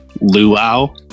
luau